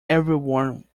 everyone